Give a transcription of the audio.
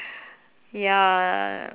ya